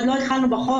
עוד לא התחלנו עם החורף.